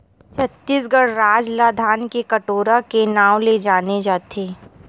छत्तीसगढ़ राज ल धान के कटोरा के नांव ले जाने जाथे